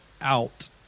out